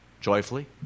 joyfully